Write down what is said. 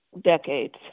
decades